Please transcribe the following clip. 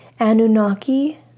Anunnaki